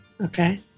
Okay